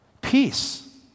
Peace